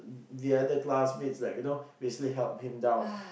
the other classmates like you know basically helped him down